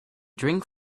drink